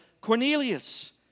Cornelius